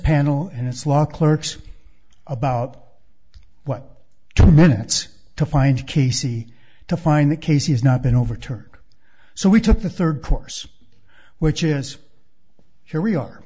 panel and this law clerks about what two minutes to find casey to find that casey has not been overturned so we took the third course which is here we are